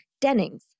Dennings